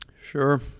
sure